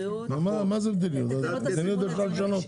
בכ-2.5%.